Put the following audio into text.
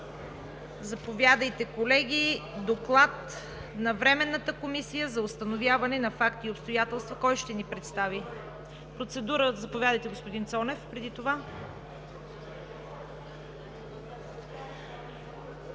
Заповядайте, колеги – Доклад на Временната комисия за установяване на факти и обстоятелства. Кой ще ни го представи? Процедура? Заповядайте, господин Цонев.